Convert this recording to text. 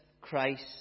Christ